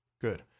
Good